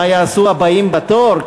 מה יעשו הבאים בתור,